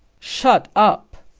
shut up!